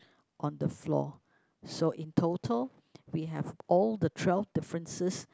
on the floor so in total we have all the twelve differences